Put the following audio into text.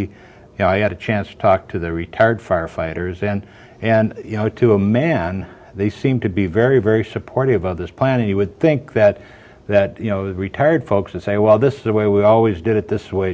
you know i had a chance to talk to the retired firefighters and and you know to a man they seem to be very very supportive of this plan and you would think that that you know retired folks would say well this is the way we always did it this way